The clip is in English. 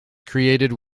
created